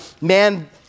man